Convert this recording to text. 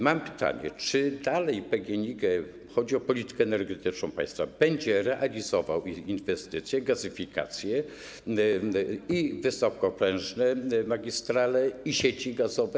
Mam pytanie: Czy dalej PGNiG, jeżeli chodzi o politykę energetyczną państwa, będzie realizował inwestycje, gazyfikację, wysokoprężne magistrale i sieci gazowe?